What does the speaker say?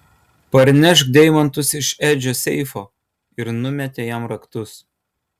parnešk deimantus iš edžio seifo ir numetė jam raktus